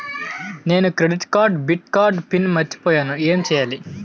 నేను credit card debit card PIN మర్చిపోయేను ఎం చెయ్యాలి?